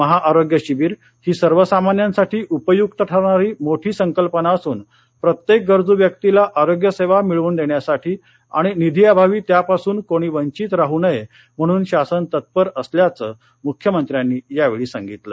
महाआरोग्य शिवीर ही सर्वसामान्यांसाठी उपयूक्त ठरणारी मोठी संकल्पना असून प्रत्येक गरजू व्यक्तीला आरोग्य सेवा मिळवून देण्यासाठी आणि निधीअभावी त्यापासून कोणी वंचित राहू नये म्हणून शासन तत्पर असल्याचं मुख्यमंत्री म्हणाले